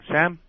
Sam